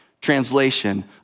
translation